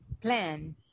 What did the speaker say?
plan